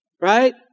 Right